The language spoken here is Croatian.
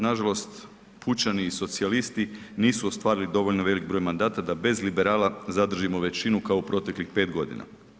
Nažalost pučani i socijalisti nisu ostvarili dovoljno velik broj mandata da bez liberala zadržimo većinu kao u proteklih 5 godina.